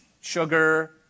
sugar